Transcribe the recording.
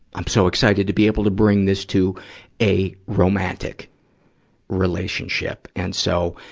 i'm so excited to be able to bring this to a romantic relationship. and so,